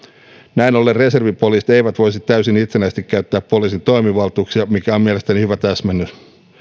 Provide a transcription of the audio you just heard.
näin ollen reservipoliisit eivät voisi täysin itsenäisesti käyttää poliisin toimivaltuuksia mikä on mielestäni hyvä täsmennys